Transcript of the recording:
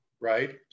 Right